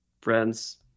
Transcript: friends